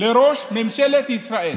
לראש ממשלת ישראל?